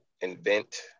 invent